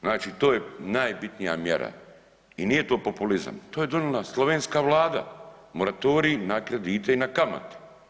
Znači to je najbitnija mjera i nije to populizam to je donijela slovenska vlada, moratorij na kredite i na kamate.